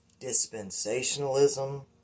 dispensationalism